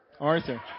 Arthur